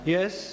Yes